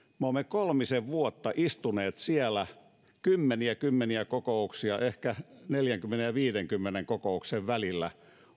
me olemme kolmisen vuotta istuneet kymmeniä ja kymmeniä kokouksia ehkä neljäkymmentä ja viidenkymmenen kokouksen välillä